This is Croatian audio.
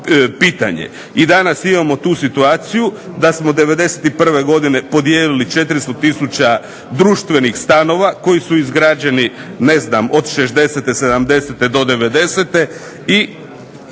I danas imamo tu situaciju da smo '91. godine podijelili 400 tisuća društvenih stanova koji su izgrađeni od '60., '70. do '90. i ti